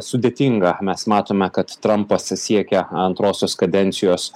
sudėtinga mes matome kad trumpas siekia antrosios kadencijos